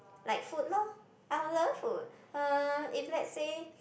like food lor I would love food uh if let's say